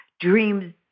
Dreams